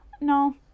no